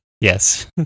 Yes